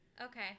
Okay